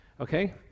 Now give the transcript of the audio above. Okay